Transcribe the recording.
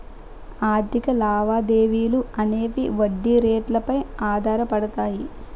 ఆర్థిక లావాదేవీలు అనేవి వడ్డీ రేట్లు పై ఆధారపడతాయి